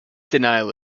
denial